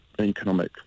economic